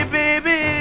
baby